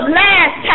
last